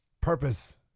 purpose